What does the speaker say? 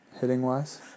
hitting-wise